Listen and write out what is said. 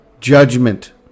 judgment